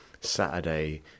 Saturday